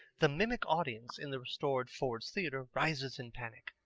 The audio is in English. the mimic audience in the restored ford's theatre rises in panic.